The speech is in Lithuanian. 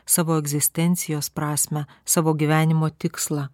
savo egzistencijos prasmę savo gyvenimo tikslą